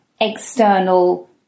external